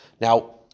Now